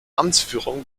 amtsführung